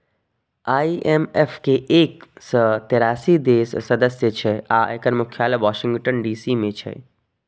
IMF के एक सय तेरासी देश सदस्य छै आ एकर मुख्यालय वाशिंगटन डी.सी मे छै